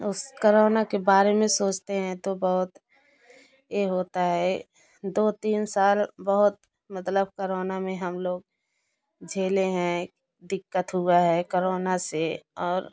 उस करोना के बारे में सोचते हैं तो बहुत ए होता है दो तीन साल बहुत मतलब करोना में हम लोग झेलें हैं दिक़्क़त हुआ है करोना से और